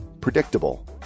predictable